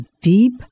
deep